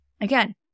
Again